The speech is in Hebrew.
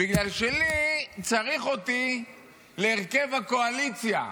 בגלל שצריך אותי להרכב הקואליציה.